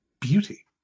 beauty